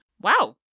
wow